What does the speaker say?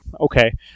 Okay